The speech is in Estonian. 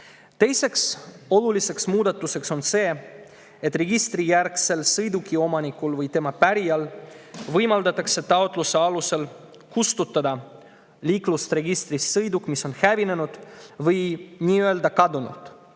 Teine oluline muudatus on see, et registrijärgsel sõidukiomanikul või tema pärijal võimaldatakse taotluse alusel kustutada liiklusregistrist sõiduk, mis on hävinenud või nii-öelda kadunud.